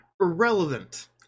irrelevant